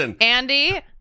Andy